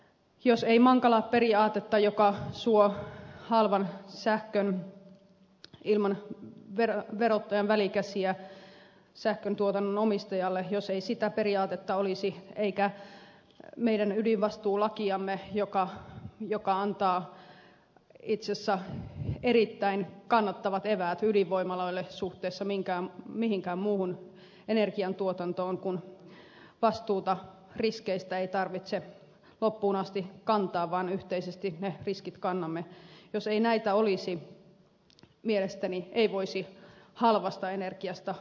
jos ei mankala periaatetta olisi joka suo halvan sähkön ilman verottajan välikäsiä sähkön tuotannon omistajalle jos ei sitä periaatetta olisi eikä meidän ydinvastuulakiamme joka antaa itse asiassa erittäin kannattavat eväät ydinvoimaloille suhteessa mihinkään muuhun energian tuotantoon kun vastuuta riskeistä ei tarvitse loppuun asti kantaa vaan yhteisesti ne riskit kannamme jos ei näitä olisi mielestäni ei voisi halvasta energiasta puhua